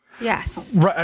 Yes